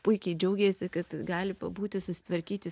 puikiai džiaugėsi kad gali pabūti susitvarkyti